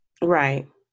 Right